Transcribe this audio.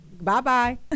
bye-bye